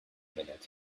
minute